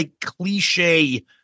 cliche